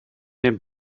den